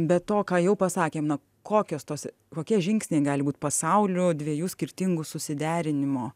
be to ką jau pasakėm na kokios tos kokie žingsniai gali būt pasaulių dviejų skirtingų susiderinimo